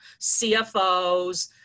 CFOs